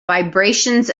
vibrations